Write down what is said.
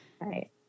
Right